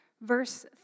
Verse